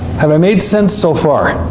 have i made sense so far?